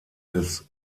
des